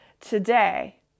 today